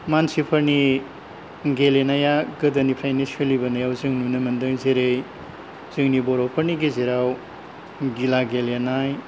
मानसिफोरनि गेलेनाया गोदोनिफ्रायनो सोलिबोनायाव जों नुनो मोन्दों जेरै जोंनि बर'फोरनि गेजेराव गिला गेलेनाय